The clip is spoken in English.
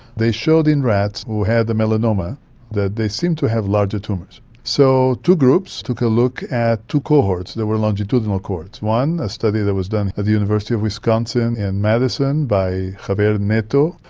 they showed in rats who had the melanoma that they seemed to have larger tumours. so two groups took a look at two cohorts, they were longitudinal cohorts. one, a study that was done at the university of wisconsin in madison by javier nieto.